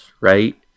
right